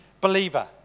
believer